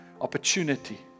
opportunity